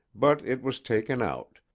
but it was taken out,